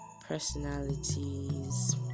personalities